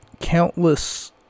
countless